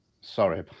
Sorry